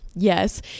yes